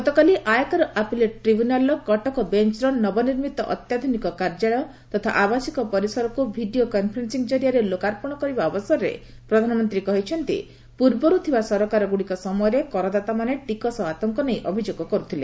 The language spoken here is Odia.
ଗତକାଲି ଆୟକର ଆପିଲେଟ୍ ଟ୍ରିବ୍ୟୁନାଲର କଟକ ବେଞ୍ଚର ନବନିର୍ମିତ ଅତ୍ୟାଧୁନିକ କାର୍ଯ୍ୟାଳୟ ତଥା ଆବାସିକ ପରିସରକୁ ଭିଡିଓ କନଫରେନ୍ନିଂ ଜରିଆରେ ଲୋକାର୍ପଣ କରିବା ଅବସରରେ ପ୍ରଧାନମନ୍ତ୍ରୀ କହିଛନ୍ତି ପୂର୍ବରୁ ଥିବା ସରକାରଗୁଡିକ ସମୟରେ କରଦାତାମାନେ ଟିକସ ଆତଙ୍କ ନେଇ ଅଭିଯୋଗ କରୁଥିଲେ